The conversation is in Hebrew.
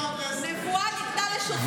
הנבואה ניתנה לשוטים.